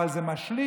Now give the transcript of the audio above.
אבל זה משליך